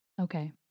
Okay